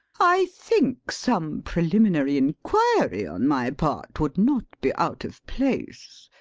i think some preliminary inquiry on my part would not be out of place.